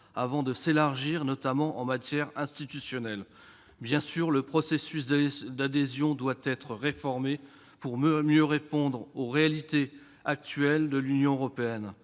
avant de s'élargir, notamment en matière institutionnelle. Bien sûr, le processus d'adhésion doit être réformé, pour mieux répondre aux réalités actuelles de l'Union européenne,